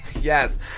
yes